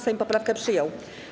Sejm poprawkę przyjął.